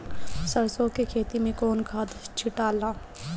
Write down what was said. सरसो के खेती मे कौन खाद छिटाला?